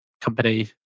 company